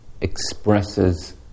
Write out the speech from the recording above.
expresses